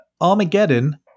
Armageddon